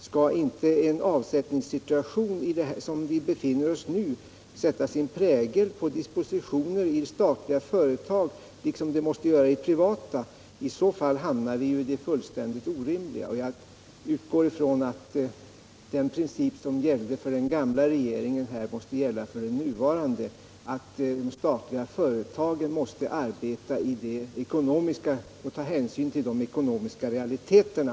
Skall inte en avsättningssituation som den vi nu befinner oss i sätta sin prägel på dispositionerna inom statliga företag liksom de gör inom de privata? I så fall hamnar vi ju i det fullständigt orimliga. Jag utgår ifrån att den princip som härvidlag gällde för den tidigare regeringen också måste gälla för den nuvarande, nämligen att de statliga företagen måste ta hänsyn till de ekonomiska realiteterna.